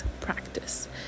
practice